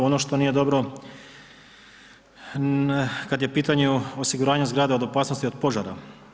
Ono što nije dobro kada je u pitanju osiguranje zgrada od opasnosti od požara.